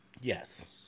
Yes